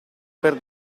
per